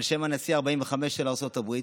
על שם הנשיא ה-45 של ארצות הברית.